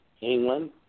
England